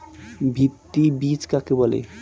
ভিত্তি বীজ কাকে বলে?